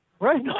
Right